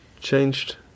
changed